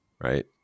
right